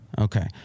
Okay